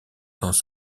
dans